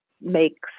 makes